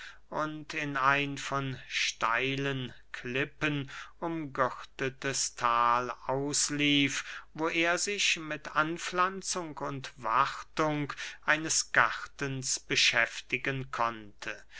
und in ein von steilen klippen umgürtetes thal auslief wo er sich mit anpflanzung und wartung eines gartens beschäftigen konnte